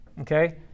Okay